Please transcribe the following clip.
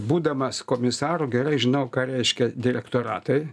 būdamas komisaru gerai žinau ką reiškia direktoratai